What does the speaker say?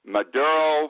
Maduro